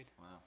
Wow